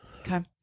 Okay